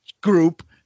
group